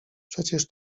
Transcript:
przecież